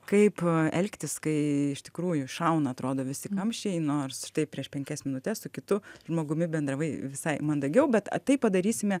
kaip elgtis kai iš tikrųjų šauna atrodo visi kamščiai nors štai prieš penkias minutes su kitu žmogumi bendravai visai mandagiau bet tai padarysime